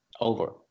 over